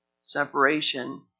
separation